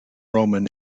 roman